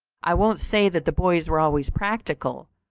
i won't say that the boys were always practical,